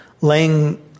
laying